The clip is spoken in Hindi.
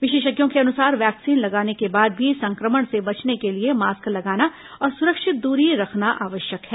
विशेषज्ञों के अनुसार वैक्सीन लगाने के बाद भी संक्रमण से बचने के लिए मास्क लगाना और सुरक्षित दूरी रखना आवश्यक है